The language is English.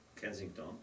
Kensington